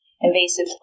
invasive